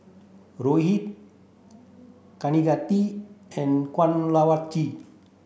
Rohit Kaneganti and Kanwaljit